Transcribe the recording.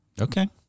Okay